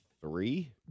three